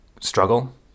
struggle